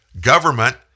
government